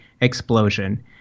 explosion